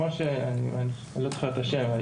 כמו שהיא אמרה,